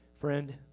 Friend